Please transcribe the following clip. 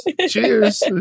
Cheers